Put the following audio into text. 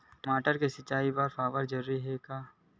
टमाटर के सिंचाई बर फव्वारा जरूरी हे का?